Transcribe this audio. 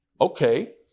Okay